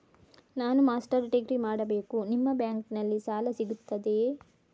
ನಾನು master degree ಮಾಡಬೇಕು, ನಿಮ್ಮ ಬ್ಯಾಂಕಲ್ಲಿ ಸಾಲ ಸಿಗುತ್ತದೆಯೇ?